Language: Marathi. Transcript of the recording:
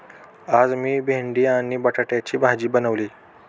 आज मी भेंडी आणि बटाट्याची भाजी बनवली